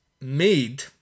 made